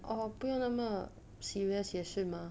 哦不用那么 serious 也是吗